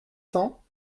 cents